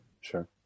sure